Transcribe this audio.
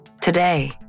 Today